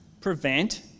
prevent